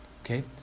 Okay